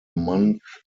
month